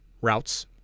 routes